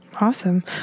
Awesome